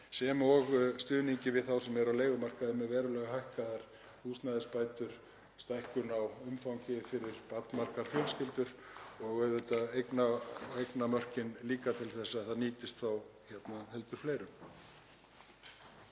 sem og stuðningi við þá sem eru á leigumarkaði með verulegu hækkuðum húsnæðisbótum, stækkun á umfangi fyrir barnmargar fjölskyldur og auðvitað á eignamörkum líka til þess að það nýtist þá heldur fleirum.